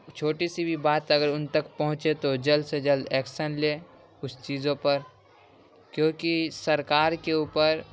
چھوٹی سی بھی بات اگر ان تک پہنچے تو جلد سے جلد ایکشن لے اس چیزوں پر کیونکہ سرکار کے اوپر